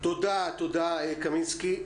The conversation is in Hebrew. תודה, קמינסקי.